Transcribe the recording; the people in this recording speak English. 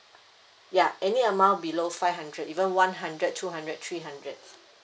ya any amount below five hundred even one hundred two hundred three hundred